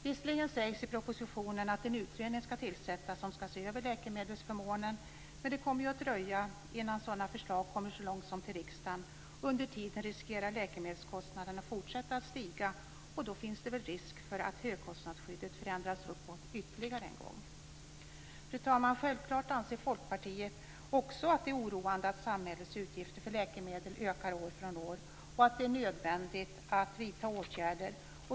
Visserligen sägs i propositionen att en utredning skall tillsättas som skall se över läkemedelsförmånen, men det kommer ju att dröja innan sådana förslag kommer så långt som till riksdagen. Under tiden riskerar läkemedelskostnaderna att fortsätta att stiga, och då finns det väl risk för att högkostnadsskyddet förändras uppåt ytterligare en gång. Fru talman! Självklart anser Folkpartiet också att det är oroande att samhällets utgifter för läkemedel ökar år från år och att det är nödvändigt att vidta åtgärder.